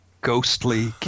ghostly